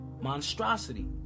monstrosity